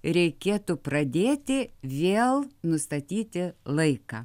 reikėtų pradėti vėl nustatyti laiką